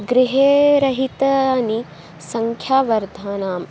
गृहे रहितानि सङ्ख्यावर्धनं